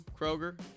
Kroger